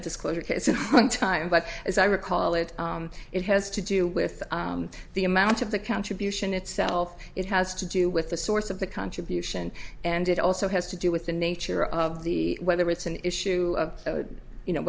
a disclosure on time but as i recall it it has to do with the amount of the contribution itself it has to do with the source of the contribution and it also has to do with the nature of the whether it's an issue you know